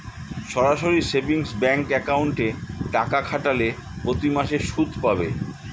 সরাসরি savings bank অ্যাকাউন্টে টাকা খাটালে প্রতিমাসে সুদ পাবে